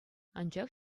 анчах